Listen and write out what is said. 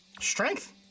Strength